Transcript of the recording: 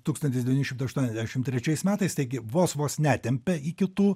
tūkstantis devyni šimtai aštuoniasdešim terčiais metais taigi vos vos netempia iki tų